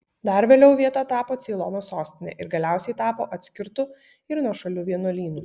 dar vėliau vieta tapo ceilono sostine ir galiausiai tapo atskirtu ir nuošaliu vienuolynu